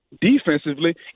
defensively